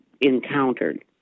encountered